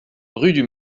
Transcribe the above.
rue